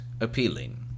appealing